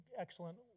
excellent